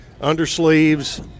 undersleeves